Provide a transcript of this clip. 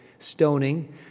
Stoning